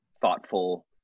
thoughtful